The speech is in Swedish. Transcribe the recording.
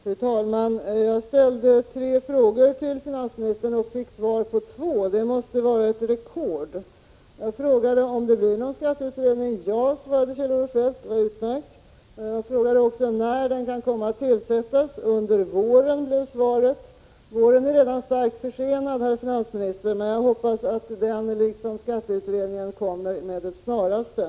Fru talman! Jag ställde tre frågor till finansministern och fick svar på två — det måste vara ett rekord. Jag frågade om det blir någon skatteutredning. Ja, svarade Kjell-Olof Feldt. Det är utmärkt. Jag frågade också när den kan komma att tillsättas. Under våren, blev svaret. Våren är redan starkt försenad, herr finansminister, men jag hoppas att den liksom skatteutredningen kommer med det snaraste.